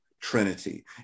Trinity